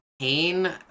Pain